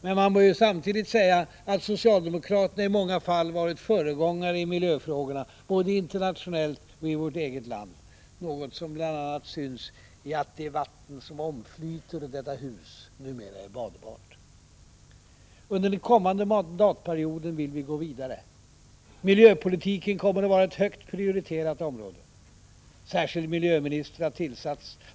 Men det bör samtidigt sägas att socialdemokraterna i många fall varit föregångare i miljöfrågorna, både internationellt och i vårt eget land — något som syns bl.a. i att det vatten som omflyter detta hus numera är badbart. Under den kommande mandatperioden vill vi gå vidare. Miljöpolitiken kommer att vara ett högt prioriterat område. En särskild miljöminister har tillsatts.